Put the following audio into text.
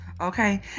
okay